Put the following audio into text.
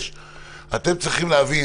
אתם צריכים להבין,